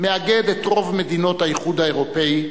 מאגד את רוב מדינות האיחוד האירופי,